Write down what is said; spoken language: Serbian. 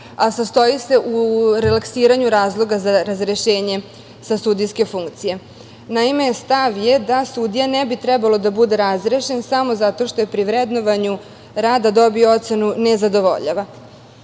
a sastoji se u relaksiranju razloga za razrešenje sa sudijske funkcije. Naime, stav je da sudija ne bi trebalo da bude razrešen samo zato što je pri vrednovanju rada dobio ocenu "nezadovoljava".